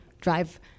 drive